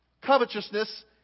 Covetousness